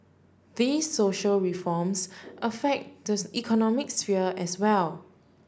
these social reforms affect the economic sphere as well